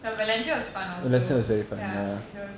ya valencia was fun also ya it was